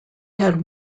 had